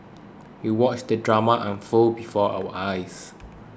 we watched the drama unfold before our eyes